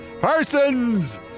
Parsons